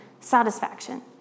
satisfaction